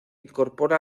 incorpora